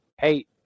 hey